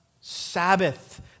Sabbath